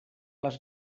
les